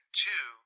two